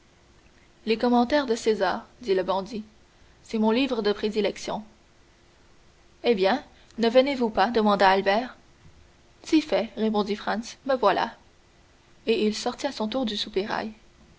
les commentaires de césar dit le bandit c'est mon livre de prédilection eh bien ne venez-vous pas demanda albert si fait répondit franz me voilà et il sortit à son tour du soupirail